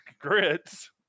grits